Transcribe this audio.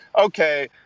okay